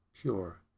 pure